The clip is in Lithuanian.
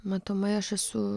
matomai aš esu